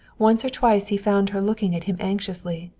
once or twice he found her looking at him anxiously,